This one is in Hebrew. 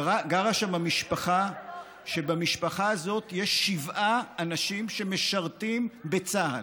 גרה שם משפחה שבה יש שבעה אנשים שמשרתים בצה"ל.